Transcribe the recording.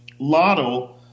Lotto